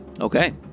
Okay